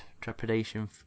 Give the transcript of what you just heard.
trepidation